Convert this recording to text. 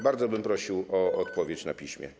Bardzo bym prosił o odpowiedź na piśmie.